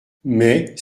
mais